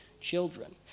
children